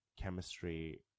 chemistry